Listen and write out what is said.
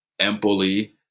Empoli